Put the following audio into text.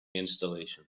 installation